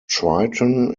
triton